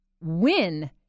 win